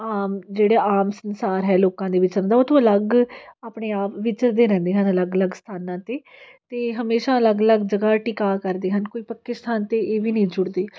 ਆਮ ਜਿਹੜੇ ਆਮ ਸੰਸਾਰ ਹੈ ਲੋਕਾਂ ਦੇ ਵਿੱਚ ਹੁੰਦਾ ਉਹ ਤੋਂ ਅਲੱਗ ਆਪਣੇ ਆਪ ਵਿਚਰਦੇ ਰਹਿੰਦੇ ਹਨ ਅਲੱਗ ਅਲੱਗ ਸਥਾਨਾਂ 'ਤੇ ਅਤੇ ਹਮੇਸ਼ਾਂ ਅਲੱਗ ਅਲੱਗ ਜਗ੍ਹਾ ਟਿਕਾ ਕਰਦੇ ਹਨ ਕੋਈ ਪੱਕੇ ਸਥਾਨ 'ਤੇ ਇਹ ਵੀ ਨਹੀਂ ਜੁੜਦੇ